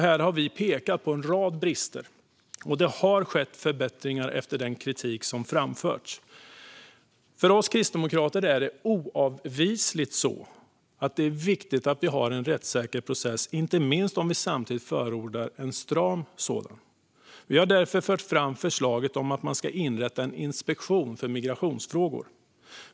Här har vi pekat på en rad brister, och det har skett en rad förbättringar efter den kritik som framförts. För oss kristdemokrater är det oavvisligt så att det är viktigt att vi har en rättssäker process, inte minst om vi samtidigt förordar en stram migrationspolitik. Vi har därför fört fram förslaget om att inrätta en inspektion för migrationsfrågor.